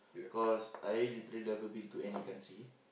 cause I literally never been to any country